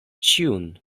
ĉiun